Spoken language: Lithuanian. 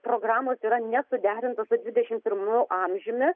programos yra nesuderintos su dvidešimt pirmu amžiumi